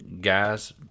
guys